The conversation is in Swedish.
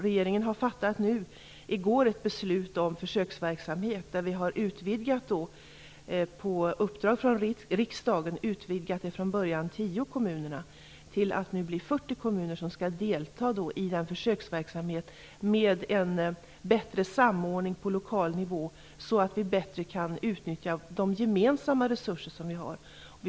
Regeringen fattade i går ett beslut om försöksverksamhet, där vi på uppdrag av riksdagen har utvidgat försöket från 10 kommuner till att låta 40 kommuner delta i projektet med en bättre samordning på lokal nivå, så att vi bättre kan utnyttja de gemensamma resurser vi har.